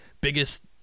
biggest